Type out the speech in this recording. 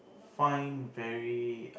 find very